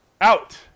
out